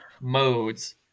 modes